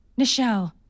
Nichelle